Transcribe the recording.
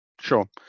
Sure